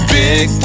big